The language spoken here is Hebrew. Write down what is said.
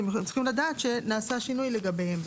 הם צריכים לדעת שנעשה שינוי לגביהם.